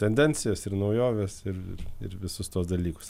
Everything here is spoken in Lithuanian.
tendencijas ir naujoves ir ir visus tuos dalykus